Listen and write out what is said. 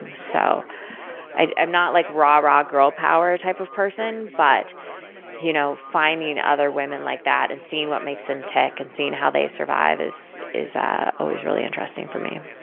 and so i'm not a, like rah, rah, girl power, type of person, but you know finding other women like that, and seeing what makes them tick, and seeing how they survive is is always really interesting for me.